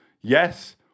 Yes